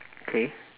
K